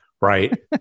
right